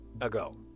ago